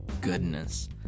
goodness